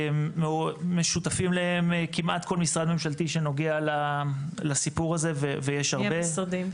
משותפים לכמעט כל משרד ממשלתי שנוגע לסיפור הזה ויש הרבה.